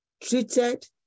treated